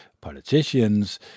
politicians